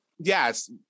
yes